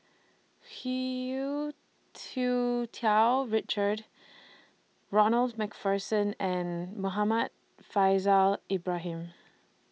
Tsu Tau Richard Ronald MacPherson and Muhammad Faishal Ibrahim